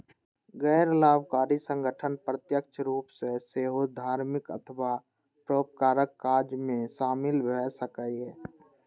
गैर लाभकारी संगठन प्रत्यक्ष रूप सं सेहो धार्मिक अथवा परोपकारक काज मे शामिल भए सकैए